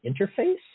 Interface